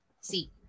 See